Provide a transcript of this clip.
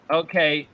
okay